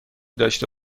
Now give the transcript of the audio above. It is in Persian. داشته